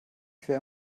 quer